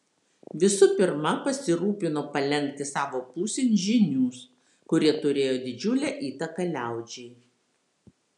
visų pirma pasirūpino palenkti savo pusėn žynius kurie turėjo didžiulę įtaką liaudžiai